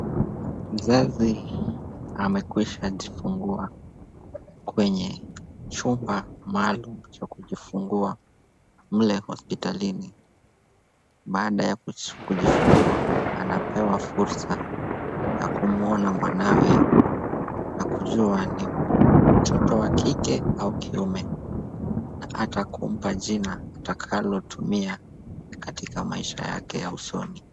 Mzazi amekwisha jifungua kwenye chumba maalum cha kujifungua mle hospitalini. Baada ya kujifungua anapewa fursa ya kumwona mwanawe na kujua ni mtoto wa kike au kiume na hata kumpa jina atakalotumia katika maisha yake ya usoni.